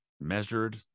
Measured